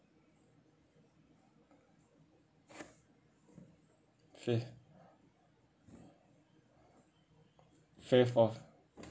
faith faith of